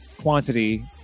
quantity